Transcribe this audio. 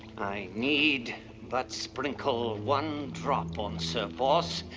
i need but sprinkle one drop on sir boss,